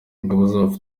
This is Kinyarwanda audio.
ingabo